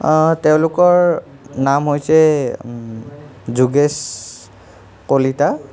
তেওঁলোকৰ নাম হৈছে যোগেশ কলিতা